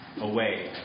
away